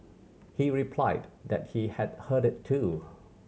he replied that he had heard it too